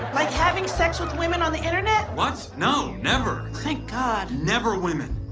like, having sex with women on the internet? what, no? never. thank god. never women.